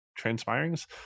transpirings